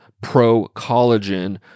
pro-collagen